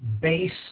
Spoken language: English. base